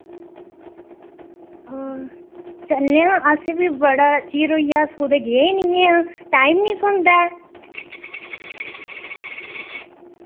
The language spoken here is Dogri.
चलने आंअसें बी बड़ा चिर होई गेआ अस कुतै गे निं आं टाइम निं थ्होंदा ऐ